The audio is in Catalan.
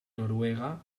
noruega